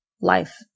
life